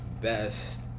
best